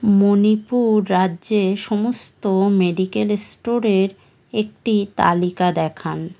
মণিপুর রাজ্যে সমস্ত মেডিকেল স্টোরের একটি তালিকা দেখান